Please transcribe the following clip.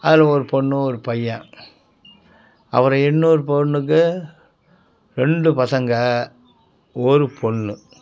அதில் ஒரு பொண்ணு ஒரு பையன் அப்புறம் இன்னொரு பெண்ணுக்கு ரெண்டு பசங்கள் ஒரு பொண்ணு